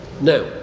Now